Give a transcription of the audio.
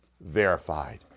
verified